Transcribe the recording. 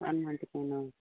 one month కేనా